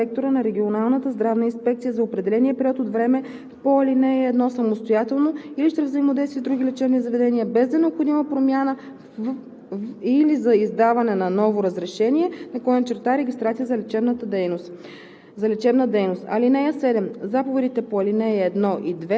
т. 1 извършват дейностите, определени в заповедта на директора на регионалната здравна инспекция за определения период от време по ал. 1 самостоятелно или чрез взаимодействие с други лечебни заведения, без да е необходима промяна в или издаване на ново разрешение/регистрация за лечебна дейност.